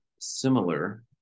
similar